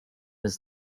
his